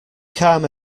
calm